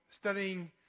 studying